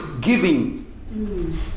giving